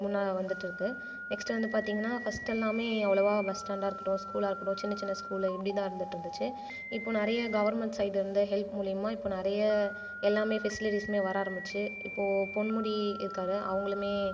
முன்ன வந்துட்டு இருக்குது நெக்ஸ்ட் வந்து பார்த்தீங்கன்னா ஃபர்ஸ்ட் எல்லாமே அவ்வளவாக பஸ்டாண்டாக இருக்கட்டும் ஸ்கூலாக இருக்கட்டும் சின்ன சின்ன ஸ்கூல் இப்படித் தான் இருந்துகிட்டு இருந்துச்சு இப்போ நிறையா கவர்ன்மெண்ட் சைடு இருந்து ஹெல்ப் மூலியமாக இப்போ நிறைய எல்லாமே ஃபெசிலிட்டியுமே வர ஆரம்பிச்சு இப்போது பொன்முடி இருக்காரு அவங்களுமே